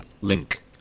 Link